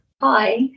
Hi